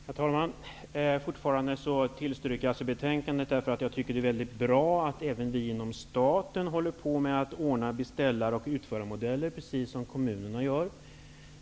Herr talman! Fortfarande yrkar jag alltså bifall till utskottets hemställan, därför att jag tycker att det är väldigt bra att även vi inom staten håller på att ordna beställar och utförarmodeller, precis som kommunerna gör.